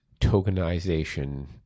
tokenization